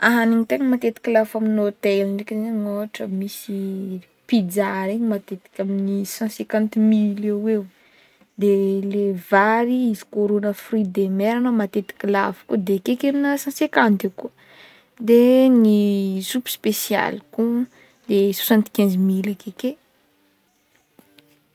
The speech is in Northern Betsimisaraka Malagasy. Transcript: Ahanigny tegna matetiky lafo amny hotel ndraiky zegny ohatra misy pizza regny matetika amny cent cinquent mily eoeo de le vary izy ko rôna fruit de mere matetika lafo de akeke amna cent cinquent eo koa de ny sopy specialy ko soixanty quinze mily akeke.